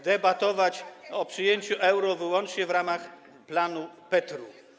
debatować o przyjęciu euro wyłącznie w ramach planu Petru.